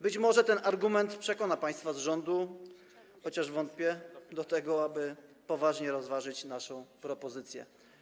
Być może ten argument przekona państwa z rządu, chociaż wątpię, do tego, aby poważnie rozważyć naszą propozycję.